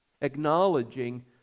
acknowledging